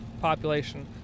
population